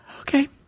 Okay